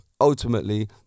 Ultimately